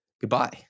goodbye